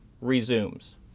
resumes